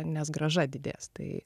nes grąža didės tai